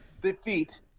defeat